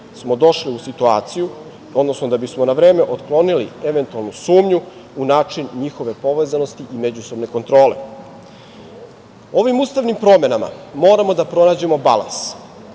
bismo došli u situaciju, odnosno da bismo na vreme otklonili eventualnu sumnju u način njihove povezanosti i međusobne kontrole. Ovim ustavnim promenama moramo da pronađemo balans.